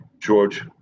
George